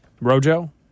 Rojo